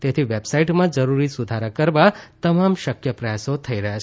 તેથી વેબસાઇટમાં જરૂરી સુધારા કરવા તમામ શક્ય પ્રયાસો થઇ રહ્યા છે